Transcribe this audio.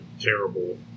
terrible